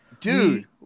Dude